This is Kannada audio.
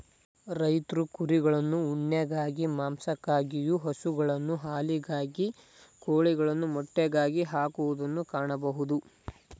ರೈತ್ರು ಕುರಿಗಳನ್ನು ಉಣ್ಣೆಗಾಗಿ, ಮಾಂಸಕ್ಕಾಗಿಯು, ಹಸುಗಳನ್ನು ಹಾಲಿಗಾಗಿ, ಕೋಳಿಗಳನ್ನು ಮೊಟ್ಟೆಗಾಗಿ ಹಾಕುವುದನ್ನು ಕಾಣಬೋದು